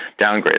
downgraded